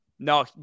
No